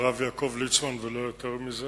הרב יעקב ליצמן, ולא יותר מזה,